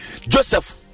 Joseph